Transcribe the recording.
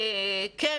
כן,